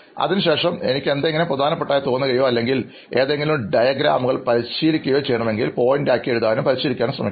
അതിനുശേഷം എനിക്ക് എന്തെങ്കിലും പ്രധാനപ്പെട്ടതായി തോന്നുകയോ അല്ലെങ്കിൽ ഏതെങ്കിലും ഡയഗ്രമുകൾ പരിശീലിക്കുകയോ ചെയ്യണമെങ്കിൽ പോയിൻറ് ആക്കി എഴുതാനും പരിശീലിക്കാനും ശ്രമിക്കും